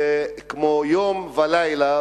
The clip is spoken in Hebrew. זה כמו יום ולילה,